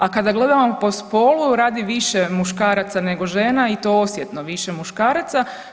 A kada gledamo po spolu radi više muškaraca nego žena i to osjetno više muškaraca.